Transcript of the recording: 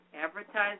Advertising